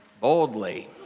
Boldly